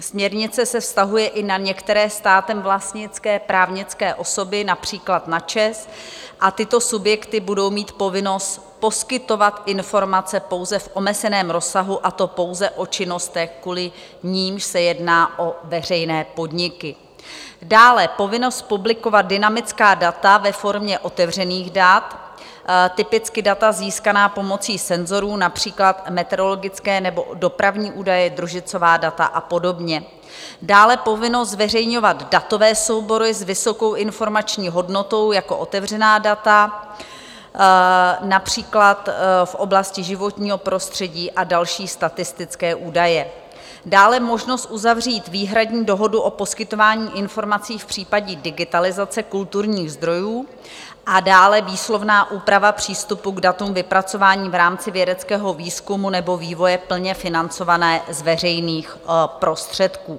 Směrnice se vztahuje i na některé státem vlastnické právnické osoby, například na ČEZ, a tyto subjekty budou mít povinnost poskytovat informace pouze v omezeném rozsahu, a to pouze o činnostech, kvůli nimž se jedná o veřejné podniky, dále povinnost publikovat dynamická data ve formě otevřených dat typicky data získaná pomocí senzorů, například meteorologické nebo dopravní údaje, družicová data a podobně, dále povinnost zveřejňovat datové soubory s vysokou informační hodnotou jako otevřená data, například v oblasti životního prostředí a další statistické údaje, dále možnost uzavřít výhradní dohodu o poskytování informací v případě digitalizace kulturních zdrojů a dále výslovná úprava přístupu k datům vypracování v rámci vědeckého výzkumu nebo vývoje plně financované z veřejných prostředků.